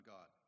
God